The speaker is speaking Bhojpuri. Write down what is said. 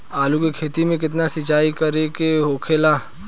आलू के खेती में केतना सिंचाई करे के होखेला?